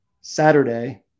Saturday